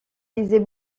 lisait